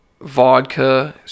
vodka